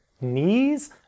knees